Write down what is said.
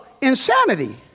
insanity